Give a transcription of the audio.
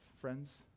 friends